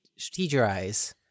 strategize